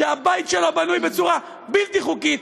הבית שלו בנוי בצורה בלתי חוקית,